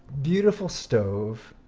beautiful stove,